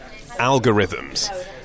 Algorithms